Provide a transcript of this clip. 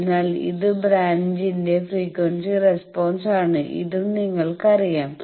അതിനാൽ ഇത് ബ്രാഞ്ച്സിന്റെ ഫ്രീക്വൻസി റെസ്പോൺസ് ആണ് ഇതും നിങ്ങൾക്കറിയാം